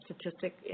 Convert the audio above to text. statistic